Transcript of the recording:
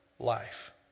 life